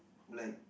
like